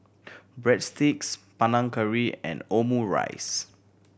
Breadsticks Panang Curry and Omurice